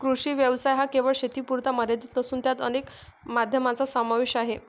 कृषी व्यवसाय हा केवळ शेतीपुरता मर्यादित नसून त्यात अनेक माध्यमांचा समावेश आहे